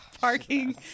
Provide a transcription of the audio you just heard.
Parking